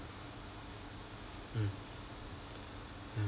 mm mm